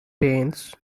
paints